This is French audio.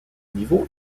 niveau